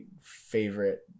favorite